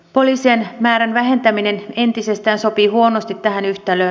poliisien määrän vähentäminen entisestään sopii huonosti tähän yhtälöön